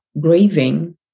grieving